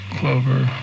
Clover